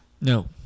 No